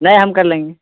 نہیں ہم کر لیں گے